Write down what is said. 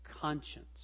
conscience